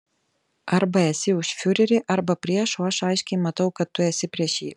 arba esi už fiurerį arba prieš o aš aiškiai matau kad tu esi prieš jį